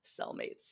cellmate's